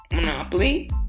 Monopoly